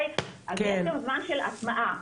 אז יש גם זמן של הטמעה.